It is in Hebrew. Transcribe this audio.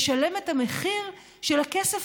לשלם את המחיר של הכסף,